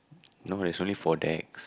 no there's only four decks